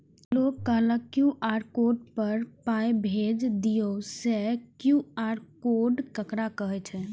लोग कहलक QR code पर पाय भेज दियौ से क्यू.आर कोड ककरा कहै छै?